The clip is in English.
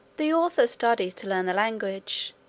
the author studies to learn the language.